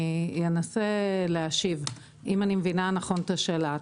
אנסה להשיב, אם אני מבינה נכון את השאלה.